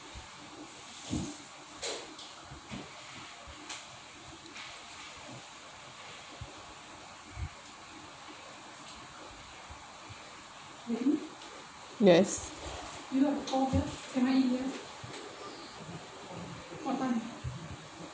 yes